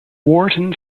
wharton